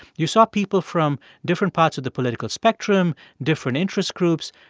you saw people from different parts of the political spectrum, different interest groups,